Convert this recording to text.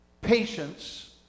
patience